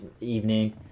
evening